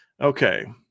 Okay